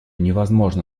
невозможно